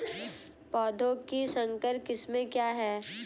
पौधों की संकर किस्में क्या हैं?